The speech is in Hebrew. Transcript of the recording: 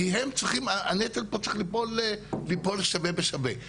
כי הנטל פה צריך ליפול שווה בשווה.